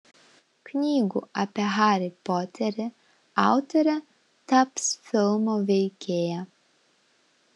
knygų apie harį poterį autorė taps filmo veikėja